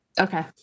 okay